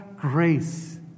grace